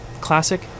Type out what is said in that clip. classic